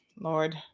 Lord